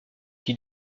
qui